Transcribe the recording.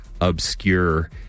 obscure